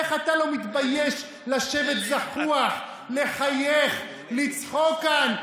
איך אתה לא מתבייש לשבת זחוח, לחייך, לצחוק כאן?